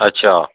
ਅੱਛਾ